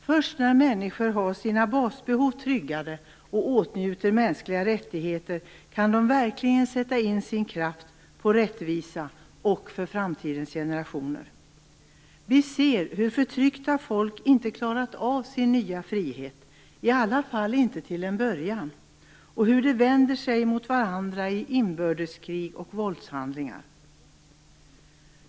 Först när människor har sina basbehov tryggade och åtnjuter mänskliga rättigheter kan de verkligen sätta in sin kraft på rättvisa och för framtidens generationer. Vi ser hur förtryckta folk inte klarat av sin nya frihet - i alla fall inte till en början - och hur de vänder sig mot varandra i inbördeskrig och våldshandlingar.